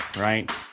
right